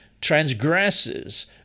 transgresses